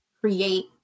create